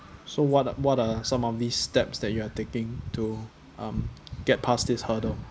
so what what are some of these steps that you are taking to um get past this hurdle